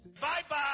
Bye-bye